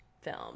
film